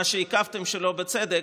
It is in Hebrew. מה שעיכבתם שלא בצדק,